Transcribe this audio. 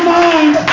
mind